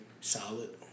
solid